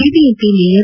BBMP mayor